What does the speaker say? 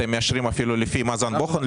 אתם מאשרים אפילו לפי מאזן בוחן,